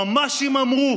היועמ"שים אמרו.